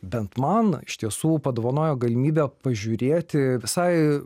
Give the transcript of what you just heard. bent man iš tiesų padovanojo galimybę pažiūrėti visai